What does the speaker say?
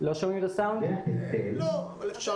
בעצם הרצאה